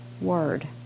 Word